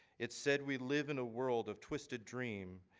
it said we live in a world of twisted dream,